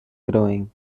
growing